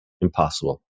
impossible